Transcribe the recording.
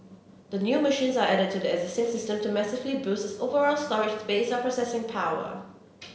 the new machines are added to the existing system to massively boost its overall storage space or processing power